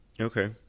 Okay